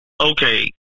okay